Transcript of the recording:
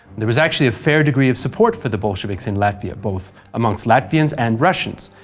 there was actually a fair degree of support for the bolsheviks in latvia, both amongst latvians and russians,